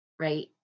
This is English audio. right